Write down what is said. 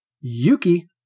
yuki